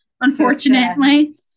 Unfortunately